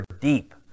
deep